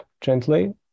gently